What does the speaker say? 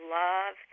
love